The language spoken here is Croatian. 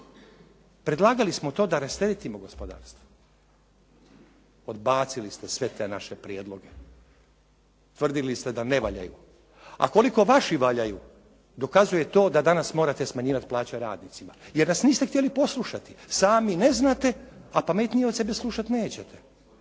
Predlagali smo to da rasteretimo gospodarstvo. Odbacili ste sve te naše prijedloge. Tvrdili ste da ne valjaju, a koliko vaši valjaju dokazuje to da danas morate smanjivati plaće radnicima jer nas niste htjeli poslušati. Sami ne znate, a pametnije od sebe slušat nećete!